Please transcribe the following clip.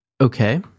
Okay